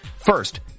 First